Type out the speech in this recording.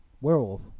werewolf